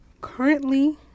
currently